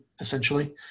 essentially